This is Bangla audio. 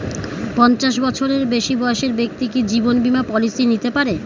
পঞ্চাশ বছরের বেশি বয়সের ব্যক্তি কি জীবন বীমা পলিসি নিতে পারে?